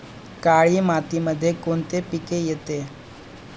काळी मातीमध्ये कोणते पिके येते?